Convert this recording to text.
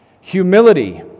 Humility